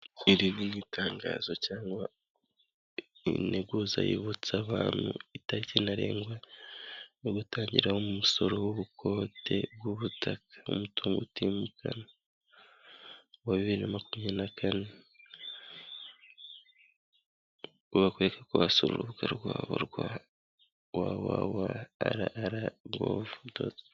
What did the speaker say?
Iri ni itangazo cyangwa integuza yibutsa abantu itariki ntarengwa, yo gutangiraho umusoro w'ubukode bw'ubutaka n'umutungo utimukanwa wa bibiri na makumyabiri na kane, aho bakwereka ko wasura urubuga rwabo rwa www rra govu.